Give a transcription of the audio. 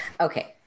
Okay